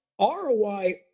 ROI